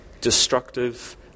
destructive